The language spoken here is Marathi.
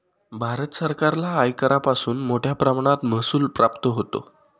भारत सरकारला आयकरापासून मोठया प्रमाणात महसूल प्राप्त होतो